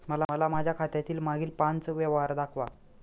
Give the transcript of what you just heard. मला माझ्या खात्यातील मागील पांच व्यवहार दाखवा